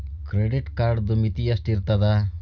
Credit ಕಾರ್ಡದು ಮಿತಿ ಎಷ್ಟ ಇರ್ತದ?